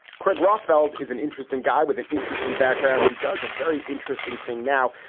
creg rothfeld is an interesting guy with an interesting background who does a very interesting thing now.